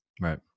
right